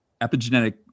epigenetic